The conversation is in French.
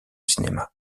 cinéma